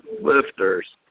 lifters